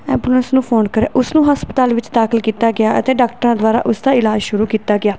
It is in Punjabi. ਐਬੂਲੈਂਸ ਨੂੰ ਫੋਨ ਕਰਿਆ ਉਸ ਨੂੰ ਹਸਪਤਾਲ ਵਿੱਚ ਦਾਖਲ ਕੀਤਾ ਗਿਆ ਅਤੇ ਡਾਕਟਰਾਂ ਦੁਆਰਾ ਉਸ ਦਾ ਇਲਾਜ ਸ਼ੁਰੂ ਕੀਤਾ ਗਿਆ